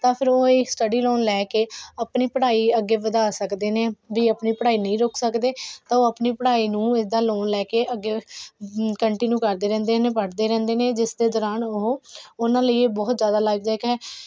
ਤਾਂ ਫਿਰ ਉਹ ਇਹ ਸਟੱਡੀ ਲੋਨ ਲੈ ਕੇ ਆਪਣੀ ਪੜ੍ਹਾਈ ਅੱਗੇ ਵਧਾ ਸਕਦੇ ਨੇ ਵੀ ਆਪਣੀ ਪੜ੍ਹਾਈ ਨਹੀਂ ਰੋਕ ਸਕਦੇ ਤਾਂ ਉਹ ਆਪਣੀ ਪੜ੍ਹਾਈ ਨੂੰ ਇੱਦਾਂ ਲੋਨ ਲੈ ਕੇ ਅੱਗੇ ਕੰਟੀਨਿਊ ਕਰਦੇ ਰਹਿੰਦੇ ਨੇ ਪੜ੍ਹਦੇ ਰਹਿੰਦੇ ਨੇ ਜਿਸ ਦੇ ਦੌਰਾਨ ਉਹ ਉਹਨਾਂ ਲਈ ਇਹ ਬਹੁਤ ਜ਼ਿਆਦਾ ਲਾਭਦਾਇਕ ਹੈ